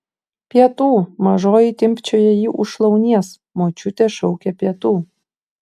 pietų mažoji timpčioja jį už šlaunies močiutė šaukia pietų